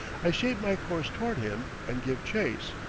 i shape my course toward him and give chase.